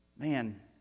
Man